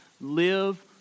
live